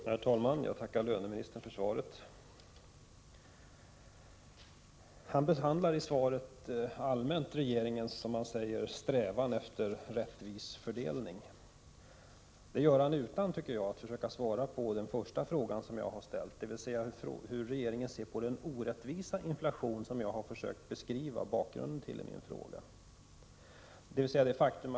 Herr talman! Jag tackar löneministern för svaret. Löneministern talar i svaret allmänt om regeringens ”strävan efter en rättvis fördelning”. Det gör han utan att försöka svara på den första frågan som jag ställde, dvs. hur regeringen ser på det faktum att inflationen drabbar orättvist. Jag har beskrivit bakgrunden till detta i min interpellation.